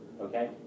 okay